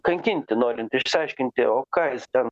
kankinti norint išsiaiškinti o ką jis ten